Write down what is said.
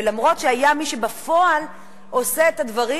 ואף-על-פי שהיה מי שבפועל עושה את הדברים,